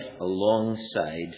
alongside